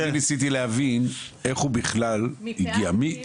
רק ניסיתי להבין איך הוא בכלל הגיע אליכם.